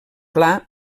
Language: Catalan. clar